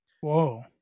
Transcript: whoa